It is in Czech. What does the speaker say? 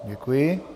Děkuji.